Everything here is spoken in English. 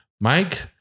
Mike